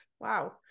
Wow